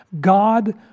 God